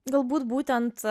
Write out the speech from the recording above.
galbūt būtent